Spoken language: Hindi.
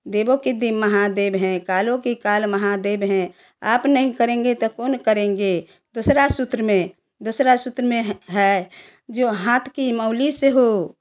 देवों के देव महादेव हैं कालों के काल महादेव हैं आप नहीं करेंगे तो कौन करेंगे दूसरा सूत्र में दूसरा सूत्र में है जो हाथ की मौली से हो